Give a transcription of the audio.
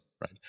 right